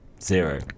Zero